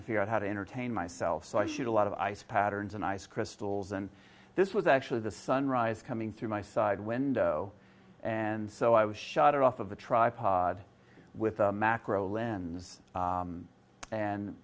to figure out how to entertain myself so i shoot a lot of ice patterns and ice crystals and this was actually the sunrise coming through my side window and so i was shot off of the tripod with a macro lens